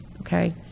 okay